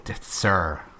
sir